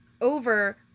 over